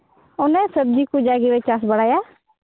ᱚᱱᱮ ᱥᱚᱵᱽᱡᱤ ᱠᱚ ᱡᱟ ᱜᱮᱞᱮ ᱪᱟᱥ ᱵᱟᱲᱟᱭᱟ